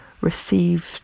received